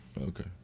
Okay